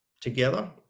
together